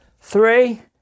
three